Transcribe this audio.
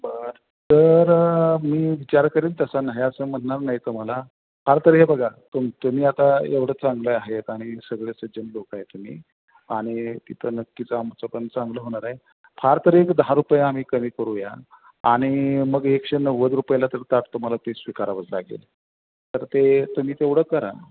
बरं तर मी विचार करेन तसा नाही असं म्हणणा नाही तुम्हाला फार तरी हे बघा तुम तुम्ही आता एवढं चांगलं आहेत आणि सगळे सज्जन लोक आहे तुम्ही आणि तिथं नक्कीच आमचं पण चांगलं होणार आहे फार तर एक दहा रुपये आम्ही कमी करूया आणिग एकशे नव्वद रुपयाला तर ताट तुम्हाला ते स्वीकारावंच लागेल तर ते तुम्ही तेवढं करा